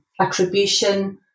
attribution